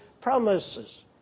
promises